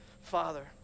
Father